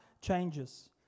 changes